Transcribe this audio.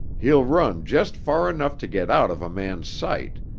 he'll run just far enough to get out of a man's sight.